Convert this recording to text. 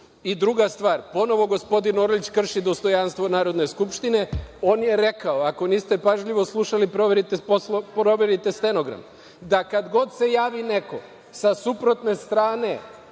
stvar, ponovo gospodin Orlić krši dostojanstvo Narodne skupštine. On je rekao, ako niste pažljivo slušali proverite stenogram, da kada god se javi neko sa suprotne strane